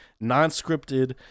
non-scripted